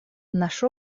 наш